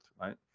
right